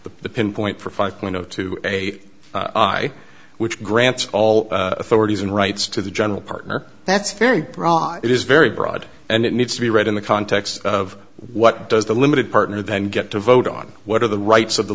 the pinpoint for five point zero to a high which grants all authorities and rights to the general partner that's very broad it is very broad and it needs to be read in the context of what does the limited partner then get to vote on what are the rights